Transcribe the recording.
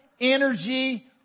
energy